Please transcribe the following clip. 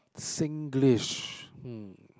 Singlish hmm